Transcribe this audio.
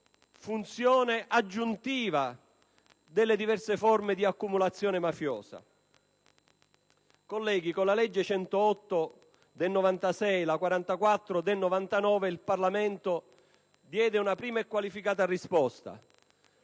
funzione aggiuntiva delle diverse forme di accumulazione mafiosa. Colleghi, con la legge n. 108 del 1996 e la legge n. 44 del 1999 il Parlamento diede una prima e qualificata risposta.